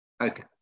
Okay